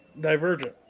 Divergent